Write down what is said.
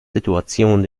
situation